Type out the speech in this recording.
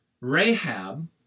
Rahab